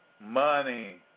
money